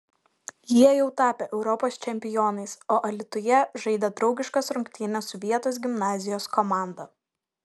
jie jau tapę europos čempionais o alytuje žaidė draugiškas rungtynes su vietos gimnazijos komanda